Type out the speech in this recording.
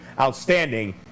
outstanding